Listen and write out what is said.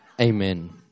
Amen